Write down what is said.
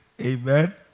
amen